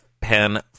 Pen